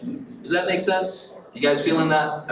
does that make sense? you guys feeling that?